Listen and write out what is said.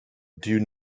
due